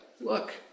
Look